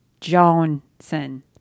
Johnson